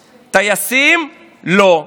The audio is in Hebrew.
טייסים, לא.